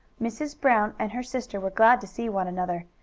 mrs. brown and her sister were glad to see one another,